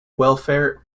welfare